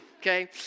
Okay